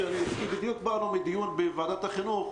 בדיוק באנו מדיון בוועדת החינוך,